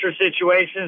situations